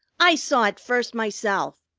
i saw it first myself.